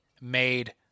made